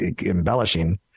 embellishing